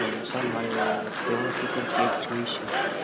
sir મારે seven seater cab જોઈસે